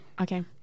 Okay